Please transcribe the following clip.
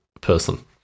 person